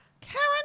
Karen